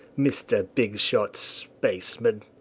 mr. bigshot spaceman!